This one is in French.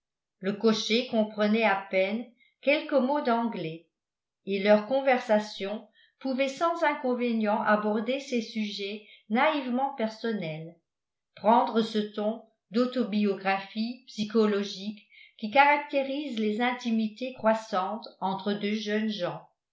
le cocher comprenait à peine quelques mots d'anglais et leur conversation pouvait sans inconvénient aborder ces sujets naïvement personnels prendre ce ton d'autobiographie psychologique qui caractérise les intimités croissantes entre deux jeunes gens conversations